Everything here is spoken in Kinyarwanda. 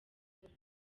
gukora